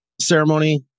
ceremony